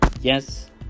Yes